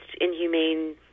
inhumane